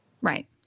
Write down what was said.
Right